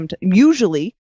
usually